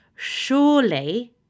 Surely